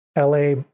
LA